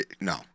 No